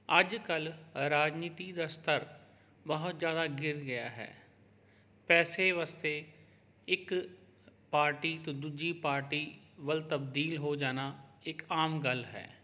ਅੱਜ ਕੱਲ੍ਹ ਰਾਜਨੀਤੀ ਦਾ ਸਤਰ ਬਹੁਤ ਜ਼ਿਆਦਾ ਗਿਰ ਗਿਆ ਹੈ ਪੈਸੇ ਵਾਸਤੇ ਇੱਕ ਪਾਰਟੀ ਤੋਂ ਦੂਜੀ ਪਾਰਟੀ ਵੱਲ ਤਬਦੀਲ ਹੋ ਜਾਣਾ ਇੱਕ ਆਮ ਗੱਲ ਹੈ